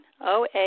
OA